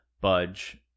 budge